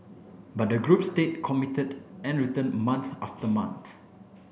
but the group stayed committed and returned month after month